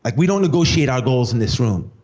like we don't negotiate our goals in this room.